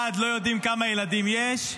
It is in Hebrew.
1. לא יודעים כמה ילדים יש,